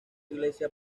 iglesia